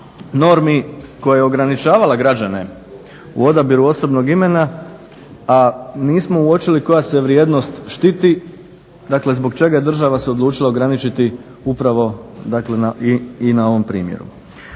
normi koja je ograničavala građane u odabiru osobnog imena, a nismo uočili koja se vrijednost štiti. Dakle, zbog čega je država odlučila se ograničiti upravo dakle i na ovom primjeru.